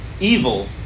evil